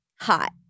hot